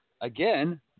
again